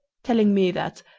telling me that,